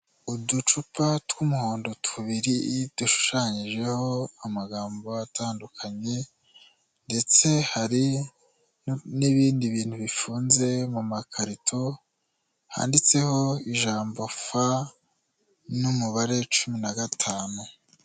Uducupa tw'umuhondo tubiri dushushanyijeho amagambo atandukanye, ndetse hari n'ibindi bintu bifunze mu makarito, handitseho ijambo 'f' n'umubare cumi na gatanu.